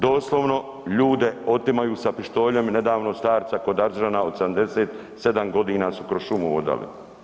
Doslovno ljude otimaju sa pištoljem i nedavno starca kod Aržana od 77 godina su kroz šumu vodali.